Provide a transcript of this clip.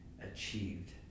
achieved